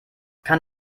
kann